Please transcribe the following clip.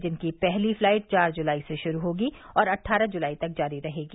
जिनकी पहली फ्लाईट चार जुलाई से शुरू होगी और अट्ठारह जुलाई तक जारी रहेंगी